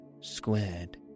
squared